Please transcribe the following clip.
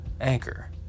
Anchor